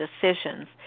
decisions